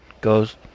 goes